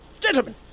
Gentlemen